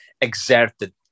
exerted